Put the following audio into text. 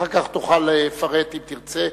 אחר כך תוכל לפרט, אם תרצה.